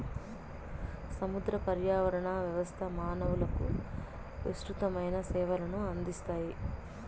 సముద్ర పర్యావరణ వ్యవస్థ మానవులకు విసృతమైన సేవలను అందిస్తాయి